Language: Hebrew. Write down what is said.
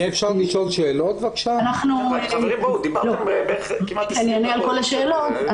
אני אענה על כל השאלות.